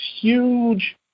huge